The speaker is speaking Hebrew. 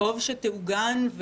טוב שתעוגן,